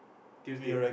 Tuesday